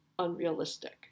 unrealistic